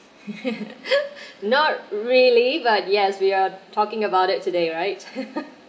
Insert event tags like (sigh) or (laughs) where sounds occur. (laughs) not really but yes we are talking about it today right (laughs)